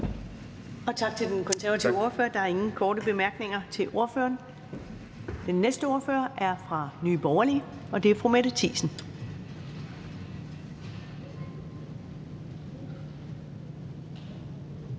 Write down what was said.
Tak til den konservative ordfører. Der er ingen korte bemærkninger til ordføreren. Den næste ordfører er fra Nye Borgerlige, og det er fru Mette Thiesen.